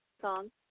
song